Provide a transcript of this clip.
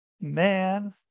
man